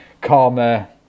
Karma